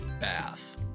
bath